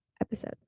episode